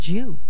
Jew